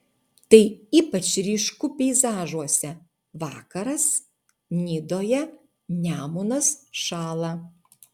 tai ypač ryšku peizažuose vakaras nidoje nemunas šąla